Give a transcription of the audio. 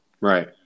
right